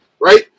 right